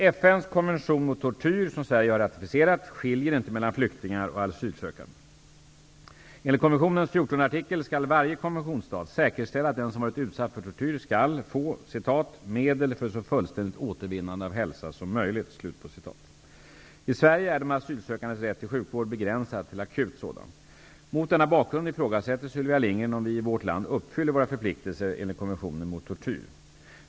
FN:s konvention mot tortyr, som Sverige har ratificerat, skiljer inte mellan flyktingar och asylsökande. Enligt konventionens fjortonde artikel skall varje konventionsstat säkerställa att den som varit utsatt för tortyr skall få ''medel för ett så fullständigt återvinnande av hälsa som möjligt''. I Sverige är de asylsökandes rätt till sjukvård begränsad till akut sådan. Mot denna bakgrund ifrågasätter Sylvia Lindgren om vi i vårt land uppfyller våra förpliktelser enligt konventionen mot tortyr.